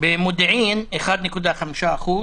במודיעין 1.5%,